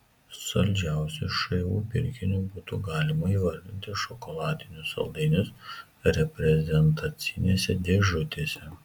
saldžiausiu šu pirkiniu būtų galima įvardyti šokoladinius saldainius reprezentacinėse dėžutėse